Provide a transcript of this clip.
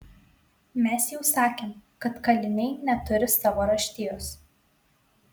mes jau sakėm kad kaliniai neturi savo raštijos